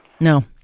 No